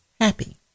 happy